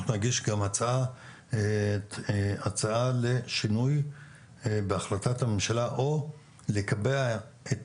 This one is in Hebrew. אנחנו נגיד גם הצעה לשינוי בהחלטת הממשלה או לקבע את